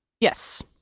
yes